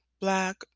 Black